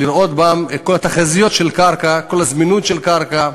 לראות גם את כל התחזיות של הקרקע ואת הזמינות של הקרקע,